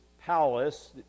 palace